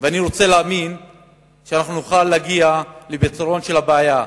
ורוצה להאמין שנוכל להגיע לפתרון הבעיה.